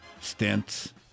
stints